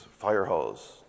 Firehose